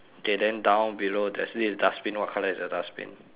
K then down below there's this dustbin what colour is the dustbin